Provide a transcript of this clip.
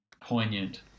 poignant